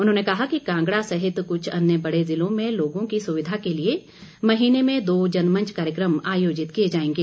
उन्होंने कहा कि कांगड़ा सहित कुछ अन्य बड़े ज़िलों में लोगों की सुविधा के लिए महीने में दो जनमंच कार्यक्रम आयोजित किए जाएंगे